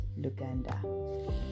Luganda